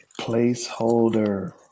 Placeholder